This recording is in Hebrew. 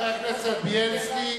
חבר הכנסת בילסקי,